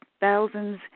thousands